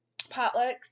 potlucks